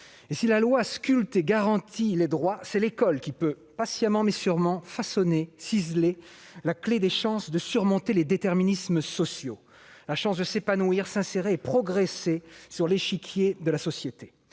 Si la loi sculpte et garantit les droits, c'est l'école qui peut, patiemment, mais sûrement, façonner, ciseler la clé des chances de surmonter les déterminismes sociaux. Ces chances, ce sont celles de s'épanouir, de s'insérer et de progresser sur l'échiquier de la société.